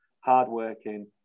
hardworking